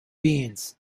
beings